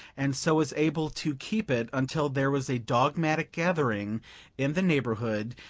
and so was able to keep it until there was a dogmatic gathering in the neighborhood,